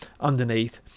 underneath